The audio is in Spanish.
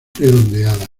redondeada